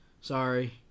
sorry